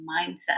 mindset